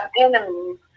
enemies